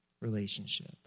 relationship